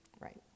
Right